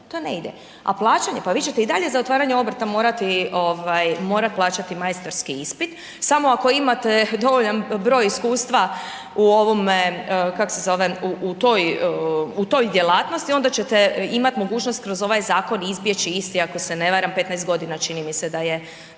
To ne ide. A plaćanje, pa vi ćete i dalje za otvaranje obrta morati plaćati majstorski ispit, samo ako imate dovoljan broj iskustva u toj djelatnosti onda ćete imati mogućnost kroz ovaj zakon izbjeći isti ako se ne varam 15 godina čini mi se da je